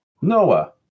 Noah